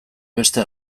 beste